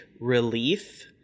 relief